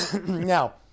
Now